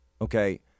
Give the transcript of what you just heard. Okay